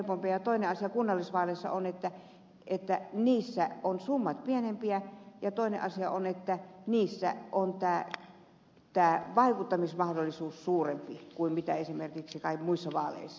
toinen asia kunnallisvaaleissa on että niissä ovat summat pienempiä ja toinen asia on että niissä on tämä vaikuttamismahdollisuus suurempi kuin esimerkiksi kai muissa vaaleissa